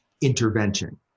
intervention